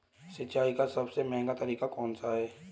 सिंचाई का सबसे महंगा तरीका कौन सा है?